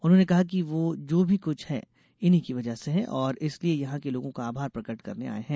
उन्होंने कहा कि वे जो कुछ भी है इन्ही की वजह से है और इसलिए यहां के लोगों का आभार प्रकट करने आये है